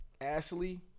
Ashley